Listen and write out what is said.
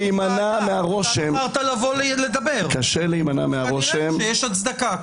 החלטת לבוא לדבר אז כנראה שיש הצדקה.